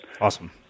Awesome